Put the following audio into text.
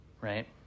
right